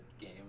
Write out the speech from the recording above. Game